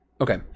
Okay